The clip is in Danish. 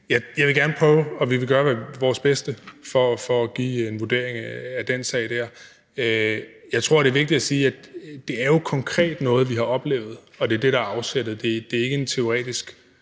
jeg vil gerne prøve, og vi vil gøre vores bedste for at give en vurdering af den sag der. Jeg tror, det er vigtigt at sige, at det jo konkret er noget, vi har oplevet, og det er det, der er afsættet. Det er ikke en teoretisk